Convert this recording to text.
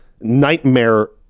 nightmare